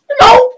No